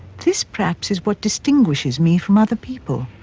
this perhaps is what distinguishes me from other people.